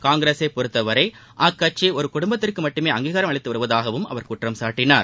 காங்கிரசை பொறுத்தவரை அக்கட்சி ஒரு குடும்பத்திற்கு மட்டுமே அங்கீகாரம் அளித்து வருவதாகவும் அவர் குற்றம் சாட்டினார்